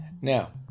now